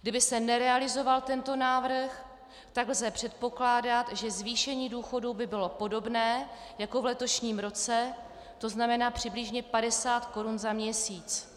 Kdyby se nerealizoval tento návrh, lze předpokládat, že zvýšení důchodů by bylo podobné jako v letošním roce, to znamená přibližně 50 korun za měsíc.